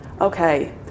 okay